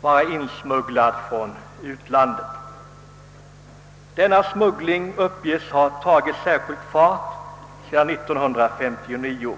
vara insmugglad från utlandet. Denna smuggling uppges ha tagit särskild fart sedan 1959.